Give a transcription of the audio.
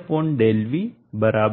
ΔV 1 R0